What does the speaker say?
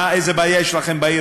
איזו בעיה יש לכם בעיר,